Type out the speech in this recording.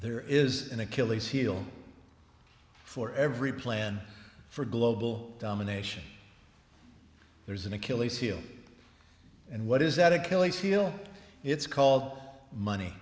there is an achilles heel for every plan for global domination there's an achilles heel and what is that achilles heel it's called money